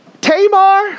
Tamar